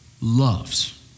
loves